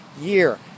year